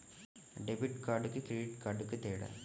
Debit కార్డుకి credit కార్డుకి తేడా?